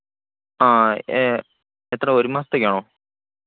ആ എ എത്ര ഒരു മാസത്തേക്കാണോ